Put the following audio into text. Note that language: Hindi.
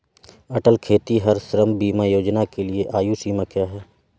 अटल खेतिहर श्रम बीमा योजना के लिए आयु सीमा क्या है?